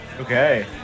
Okay